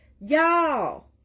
Y'all